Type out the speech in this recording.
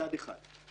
מצד אחד.